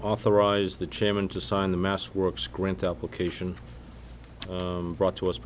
authorize the chairman to sign the mass works grant application brought to us